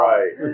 Right